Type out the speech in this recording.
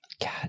God